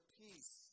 peace